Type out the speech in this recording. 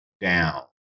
down